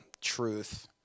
truth